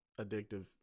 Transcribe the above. addictive